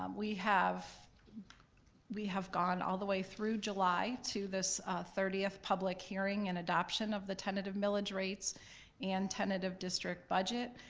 um we have we have gone all the way through july to this thirtieth public hearing and adoption of the tentative millage rates and tentative district budget.